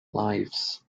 lives